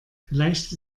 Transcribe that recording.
vielleicht